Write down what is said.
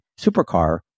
supercar